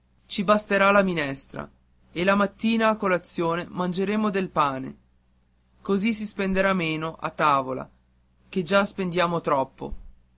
ci basterà la minestra e la mattina a colazione mangeremo del pane così si spenderà meno a tavola ché già spendiamo troppo